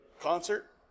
concert